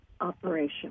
operation